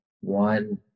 One